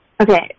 Okay